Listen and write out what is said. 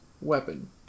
weapon